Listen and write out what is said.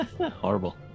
Horrible